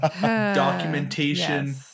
documentation